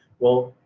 well,